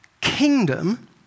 kingdom